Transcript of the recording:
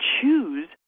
choose